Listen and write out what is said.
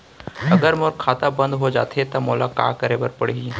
अगर मोर खाता बन्द हो जाथे त मोला का करे बार पड़हि?